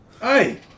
Hey